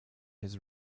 his